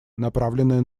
направленная